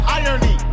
irony